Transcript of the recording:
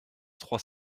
trois